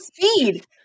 Speed